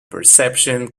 perception